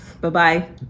Bye-bye